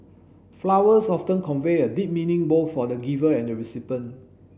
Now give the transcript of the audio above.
flowers often convey a deep meaning both for the giver and the recipient